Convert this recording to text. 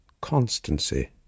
constancy